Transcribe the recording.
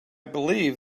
believe